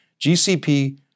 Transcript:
GCP